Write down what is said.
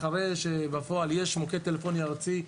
אחרי שיש מוקד טלפוני ארצי,